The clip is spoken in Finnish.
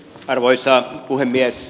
arvoisa puhemies